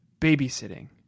Babysitting